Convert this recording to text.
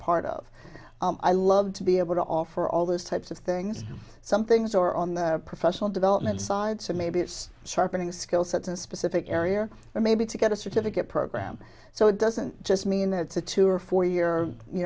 part of i love to be able to offer all those types of things some things or on the professional development side so maybe it's sharpening skill sets and specific area or maybe to get a certificate program so it doesn't just mean that it's a two or four year